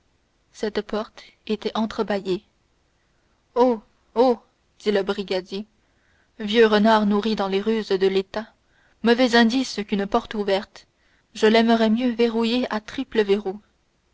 cette porte était entrebâillée oh oh dit le brigadier vieux renard nourri dans les ruses de l'état mauvais indice qu'une porte ouverte je l'aimerais mieux verrouillée à triple verrou